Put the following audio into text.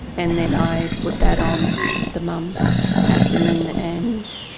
and then i put that on the mum's abdomen and